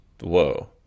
whoa